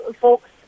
folks